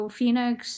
Phoenix